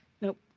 Nope